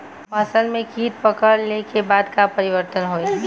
फसल में कीट पकड़ ले के बाद का परिवर्तन होई?